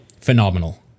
phenomenal